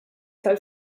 tal